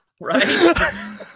right